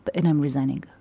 but and i'm resigning.